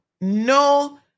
no